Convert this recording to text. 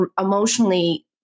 emotionally